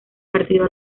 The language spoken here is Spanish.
partido